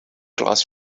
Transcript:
class